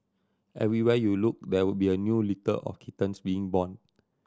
everywhere you looked there would be a new litter of kittens being born